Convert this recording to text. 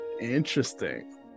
interesting